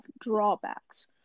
drawbacks